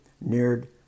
neared